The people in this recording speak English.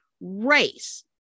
Race